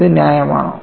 ഇത് ന്യായമാണോ